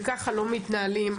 וככה לא מתנהלים.